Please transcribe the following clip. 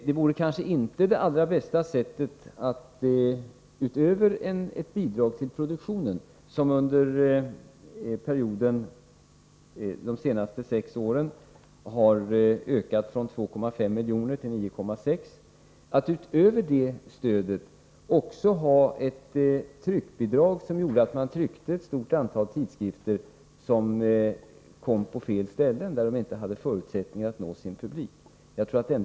Utöver bidaget till produktionen som under de senaste sex åren har ökat från 2,5 till 9,6 milj.kr. vore det kanske inte det allra bästa sättet att också ha ett tryckbidrag, som gjorde att man tryckte ett stort antal tidskrifter, vilka hamnade på fel ställen, där de inte hade förutsättningar att nå sin publik.